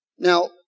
Now